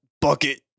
bucket